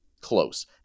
close